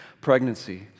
Pregnancy